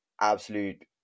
Absolute